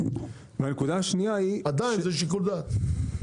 ועדיין זה שיקול דעת,